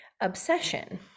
obsession